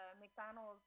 McDonald's